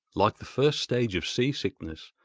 like the first stage of sea-sickness,